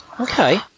Okay